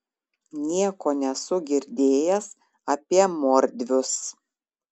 nieko nesu girdėjęs apie mordvius